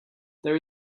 there